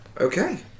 Okay